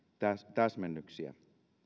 täsmennyksiä